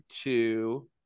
two